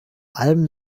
allem